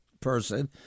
person